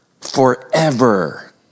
forever